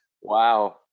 Wow